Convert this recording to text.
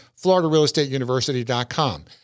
floridarealestateuniversity.com